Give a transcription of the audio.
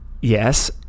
Yes